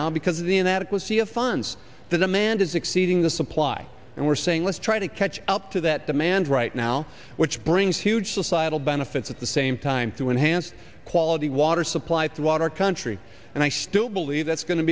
now because of the inadequacy of funds the demand is exceeding the supply and we're saying let's try to catch to that demand right now which brings huge societal benefits at the same time to enhance quality water supply throughout our country and i still believe that's going to